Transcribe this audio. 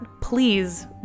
please